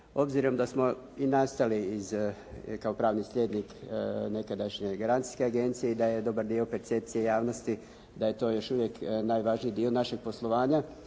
Obzirom da smo i nastali kao pravni slijednik nekadašnje Garancijske agencije i da je dobar dio percepcije javnosti da je to još uvijek najvažniji dio našeg poslovanja,